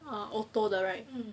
um auto 的 right